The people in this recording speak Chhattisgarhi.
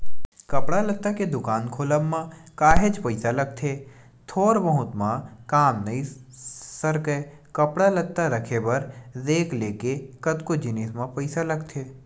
कपड़ा लत्ता के दुकान खोलब म काहेच पइसा लगथे थोर बहुत म काम नइ सरकय कपड़ा लत्ता रखे बर रेक ले लेके कतको जिनिस म पइसा लगथे